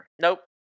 Nope